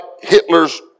Hitler's